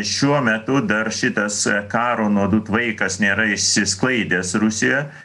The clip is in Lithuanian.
šiuo metu dar šitas karo nuodų tvaikas nėra išsisklaidęs rusijoje